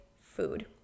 food